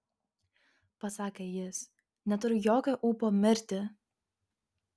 pasakė jis neturiu jokio ūpo mirti